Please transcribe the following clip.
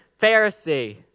Pharisee